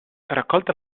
raccolta